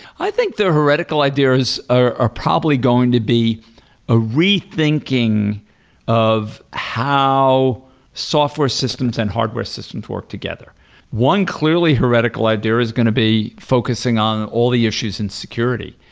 i think they're heretical ideas are probably going to be a rethinking of how software systems and hardware systems work together one clearly heretical idea is going to be focusing on all the issues in security.